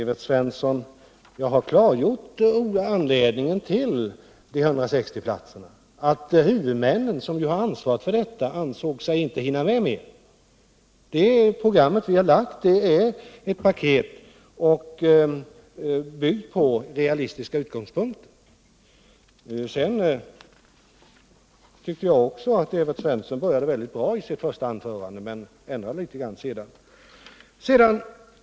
Herr talman! Jag har klargjort anledningen till de 160 platserna, Evert Svensson. Huvudmännen, som ju har ansvaret för detta, ansåg sig inte hinna med mera. Det program vi lagt fram är ett paket och byggt på realistiska utgångspunkter. Jag tyckte att Evert Svensson började mycket bra i sitt första anförande, men han ändrade sig litet sedan.